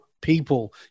people